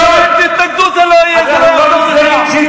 תפסיקו עם ההסתה, עם הבלוף הזה.